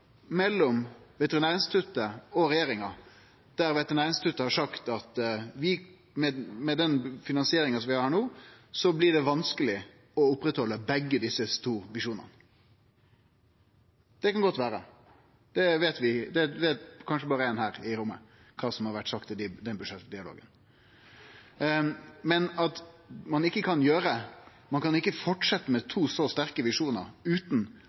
mellom Veterinærinstituttet og regjeringa, der Veterinærinstituttet har sagt at med den finansieringa dei har no, blir det vanskeleg å oppretthalde visjonane til begge desse to. Det kan godt vere. Kanskje berre ein her i rommet veit kva som har vore sagt i den budsjettdialogen. Men ein kan ikkje fortsetje med to så sterke visjonar utan